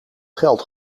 geld